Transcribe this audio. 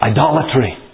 Idolatry